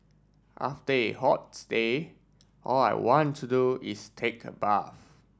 after a day all I want to do is take a bath